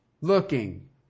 looking